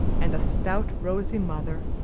and a stout, rosy mother,